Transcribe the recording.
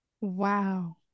Wow